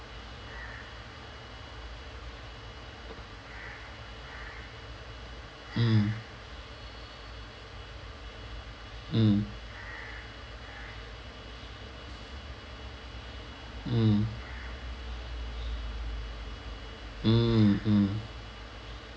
mm mm mm mm mm